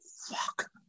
fuck